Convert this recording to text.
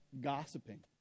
gossiping